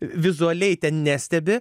vizualiai nestebi